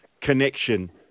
connection